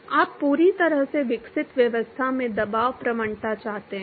आप पूरी तरह से विकसित व्यवस्था में दबाव प्रवणता चाहते हैं